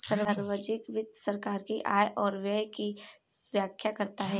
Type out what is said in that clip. सार्वजिक वित्त सरकार की आय और व्यय की व्याख्या करता है